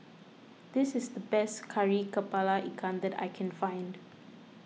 this is the best Kari Kepala Ikan that I can find